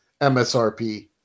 MSRP